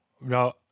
no